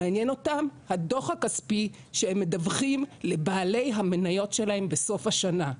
מעניין אותם הדוח הכספי שהם מדווחים לבעלי המניות שלהם בסוף השנה.